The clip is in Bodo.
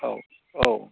औ औ